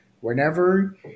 Whenever